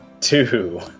Two